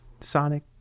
sonic